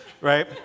right